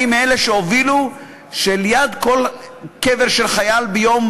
אני מאלה שהובילו שליד כל קבר של חייל ביום